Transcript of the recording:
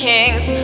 Kings